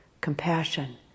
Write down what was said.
compassion